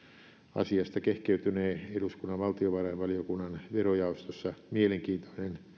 asiasta kehkeytynee eduskunnan valtiovarainvaliokunnan verojaostossa mielenkiintoinen